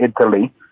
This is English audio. Italy